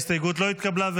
ההסתייגות לא התקבלה.